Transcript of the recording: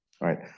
Right